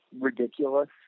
ridiculous